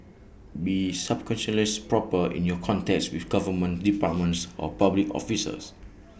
be scrupulously proper in your contacts with government departments or public officers